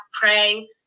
pray